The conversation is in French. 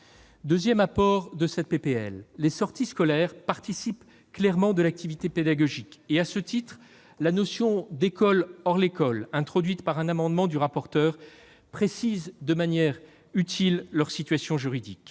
Deuxièmement, les sorties scolaires participent clairement de l'activité pédagogique et, à ce titre, la notion d'école hors l'école introduite par un amendement du rapporteur précise de manière utile leur situation juridique.